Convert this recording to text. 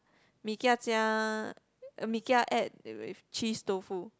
Mee-Kia 加 uh Mee-Kia add with cheese tofu